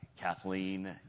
kathleen